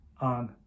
on